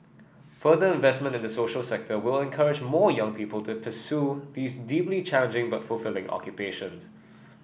further investment in the social sector will encourage more young people to these deeply challenging but fulfilling occupations